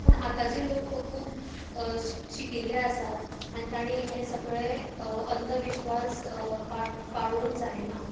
पूण आतांचे लोक खूप शीक शिकिल्ले आसात आनी तांणी हे सगळे अंधविश्वास पाळ पाळूंक जायना